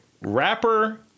rapper